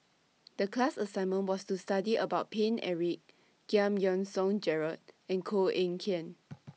The class assignment was to study about Paine Eric Giam Yean Song Gerald and Koh Eng Kian